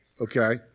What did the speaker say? Okay